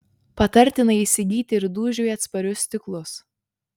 patartina įsigyti ir dūžiui atsparius stiklus